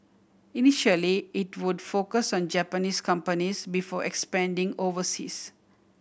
initially it would focus on Japanese companies before expanding overseas